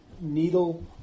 needle